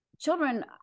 Children